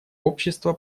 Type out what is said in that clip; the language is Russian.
общества